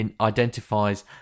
identifies